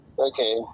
Okay